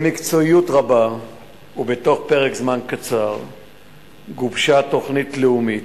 במקצועיות רבה ובתוך פרק זמן קצר גובשה תוכנית לאומית,